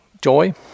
joy